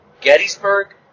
Gettysburg